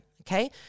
Okay